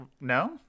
No